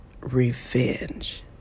revenge